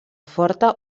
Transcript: forta